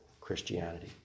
Christianity